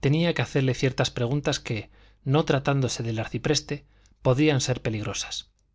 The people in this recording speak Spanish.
tenía que hacerle ciertas preguntas que no tratándose del arcipreste podrían ser peligrosas